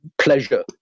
pleasure